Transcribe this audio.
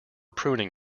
pruning